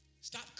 Stop